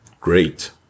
great